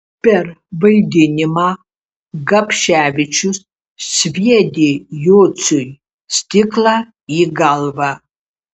per vaidinimą gapševičius sviedė jocui stiklą į galvą